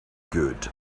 good